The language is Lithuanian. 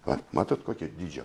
va matot kokio dydžio